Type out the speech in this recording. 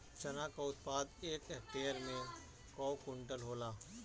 चना क उत्पादन एक हेक्टेयर में कव क्विंटल होला?